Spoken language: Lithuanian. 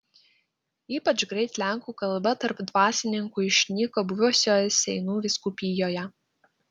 ypač greit lenkų kalba tarp dvasininkų išnyko buvusioje seinų vyskupijoje